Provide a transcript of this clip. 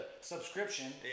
subscription